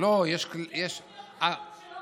יש תוכניות אחרות שלא